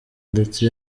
ndetse